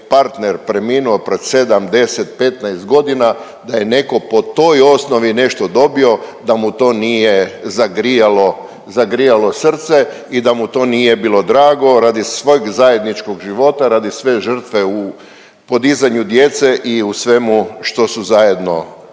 partner preminuo pred 7, 10, 15.g. da je neko po toj osnovi nešto dobio da mu to nije zagrijalo, zagrijalo srce i da mu to nije bilo drago radi svojeg zajedničkog života, radi sve žrtve u podizanju djece i u svemu što su zajedno